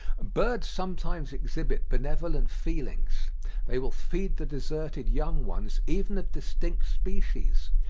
birds sometimes exhibit benevolent feelings they will feed the deserted young ones even of distinct species,